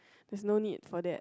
there's no need for that